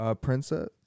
Princess